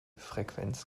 frequenz